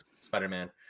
Spider-Man